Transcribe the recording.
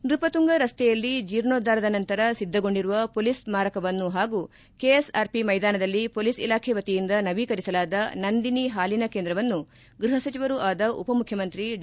ನ್ಟಪತುಂಗ ರಸ್ತೆಯಲ್ಲಿ ಜಿರ್ಣೋದ್ದಾರದ ನಂತರ ಸಿದ್ದಗೊಂಡಿರುವ ಮೊಲೀಸ್ ಸ್ನಾರಕವನ್ನು ಹಾಗೂ ಕೆಎಸ್ಆರ್ಪಿ ಮೈದಾನದಲ್ಲಿ ಮೊಲೀಸ್ ಇಲಾಖೆ ವಶಿಯಿಂದ ನವೀಕರಿಸಲಾದ ನಂದಿನ ಹಾಲಿನ ಕೇಂದ್ರವನ್ನೂ ಗ್ವಪ ಸಚಿವರು ಆದ ಉಪ ಮುಖ್ಯಮಂತ್ರಿ ಡಾ